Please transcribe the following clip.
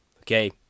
Okay